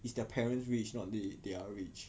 is their parents rich is not they they are rich